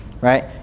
right